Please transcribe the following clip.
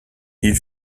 ils